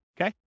Okay